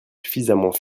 suffisamment